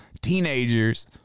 teenagers